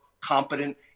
competent